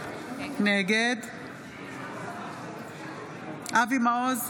נגד אבי מעוז,